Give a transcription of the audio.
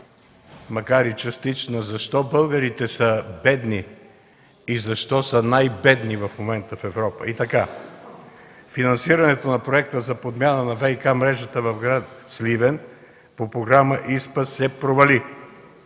макар и частична, защо българите са бедни и защо са най-бедни в момента в Европа. Финансирането на проекта за подмяна на ВиК мрежата в гр. Сливен по Програма ИСПА се провали.